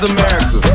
America